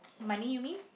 money you mean